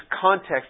context